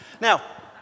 Now